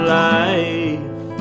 life